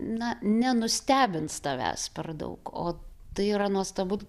na nenustebins tavęs per daug o tai yra nuostabu